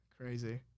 Crazy